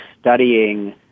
studying